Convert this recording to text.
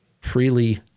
freely